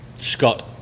Scott